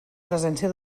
presència